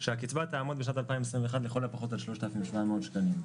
שהקצבה תעמוד בשנת 2021 לכל הפחות על 3,700 שקלים.